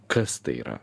kas tai yra